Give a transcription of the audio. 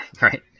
Right